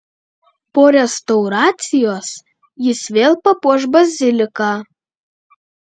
po restauracijos jis vėl papuoš baziliką